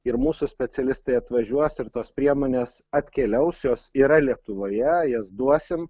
ir mūsų specialistai atvažiuos ir tos priemonės atkeliaus jos yra lietuvoje jas duosim